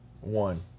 One